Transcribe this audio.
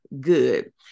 good